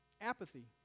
apathy